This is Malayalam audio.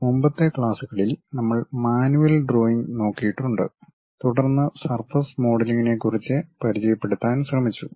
മുമ്പത്തെ ക്ലാസുകളിൽ നമ്മൾ മാനുവൽ ഡ്രോയിംഗ് നോക്കിയിട്ടുണ്ട് തുടർന്ന് സർഫസ് മോഡലിംഗിനെക്കുറിച്ച് പരിചയപ്പെടുത്താൻ ശ്രമിച്ചു